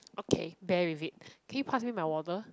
okay bear with it can you pass me my water